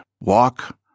walk